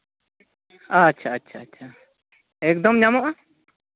ᱟᱪᱪᱷᱟ ᱟᱪᱪᱷᱟ ᱮᱠᱫᱚᱢ ᱧᱟᱢᱚᱜᱼᱟ